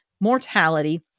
mortality